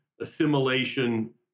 assimilation